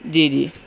جی جی